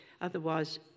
otherwise